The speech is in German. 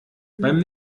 beim